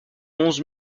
onze